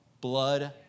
blood